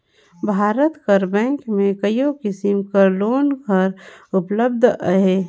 भारत कर बेंक में कइयो किसिम कर लोन हर उपलब्ध अहे